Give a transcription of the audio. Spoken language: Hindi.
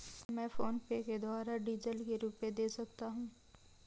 क्या मैं फोनपे के द्वारा डीज़ल के रुपए दे सकता हूं?